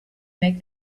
make